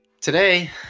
Today